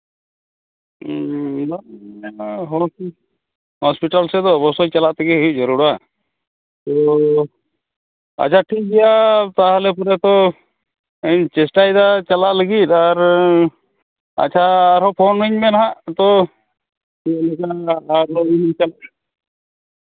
hospital ᱥᱮᱫ ᱫᱚ ᱚᱵᱚᱥᱥᱳᱭ ᱪᱟᱞᱟᱜ ᱛᱮᱜᱮ ᱡᱟᱹᱨᱩᱲᱟ ᱛᱳ ᱟᱪᱪᱷᱟ ᱴᱷᱤᱠ ᱜᱮᱭᱟ ᱛᱟᱦᱚᱞᱮ ᱯᱩᱨᱟᱹ ᱛᱚ ᱤᱧ ᱪᱮᱥᱴᱟᱭᱮᱫᱟ ᱪᱟᱞᱟᱜ ᱞᱟᱹᱜᱤᱫ ᱟᱨ ᱟᱪᱪᱷᱟ ᱟᱨᱦᱚᱸ ᱯᱷᱳᱱ ᱟᱹᱧ ᱢᱮ ᱦᱟᱸᱜ ᱛᱳ